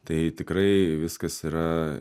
tai tikrai viskas yra